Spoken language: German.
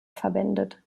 verwendet